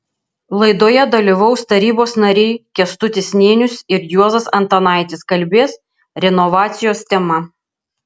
laidoje dalyvaus tarybos nariai kęstutis nėnius ir juozas antanaitis kalbės renovacijos tema